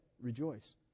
rejoice